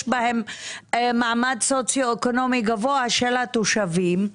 בהם מעמד סוציואקונומי גבוה של התושבים,